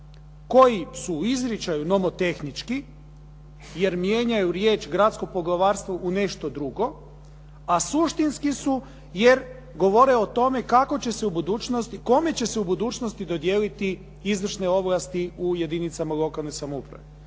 koji su u izričaju nomotehnički jer mijenjaju riječ: "gradsko poglavarstvo" u nešto drugo a suštinski su jer govore o tome kako će se u budućnosti, kome će se u budućnosti dodijeliti izvršne ovlasti u jedinicama lokalne samouprave.